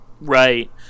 Right